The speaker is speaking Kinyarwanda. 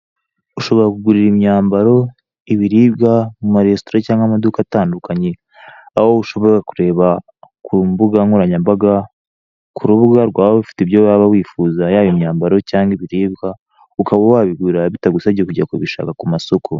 Ushobora kugurira imyambaro, ibiribwa mu maresitora cyangwa amaduka atandukanya. Aho ushobora kureba ku mbuga nkoranyambaga, ku rubuga rwaba rufite ibyo waba wifuza; yaba imyambaro cyangwa ibiribwa, ukaba wabigura bitagusabye kujya kubishaka ku masoko.